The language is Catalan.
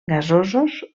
gasosos